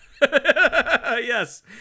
Yes